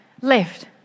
left